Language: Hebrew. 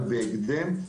ובהקדם,